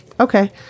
okay